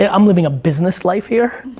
yeah i'm living a business life here.